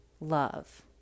love